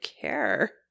care